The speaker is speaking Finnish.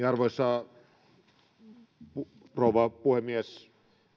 arvoisa rouva puhemies